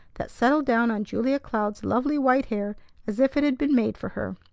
that settled down on julia cloud's lovely white hair as if it had been made for her.